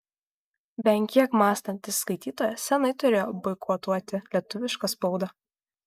bent kiek mąstantis skaitytojas seniai turėjo boikotuoti lietuvišką spaudą